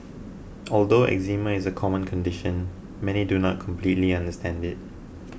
although eczema is a common condition many do not completely understand it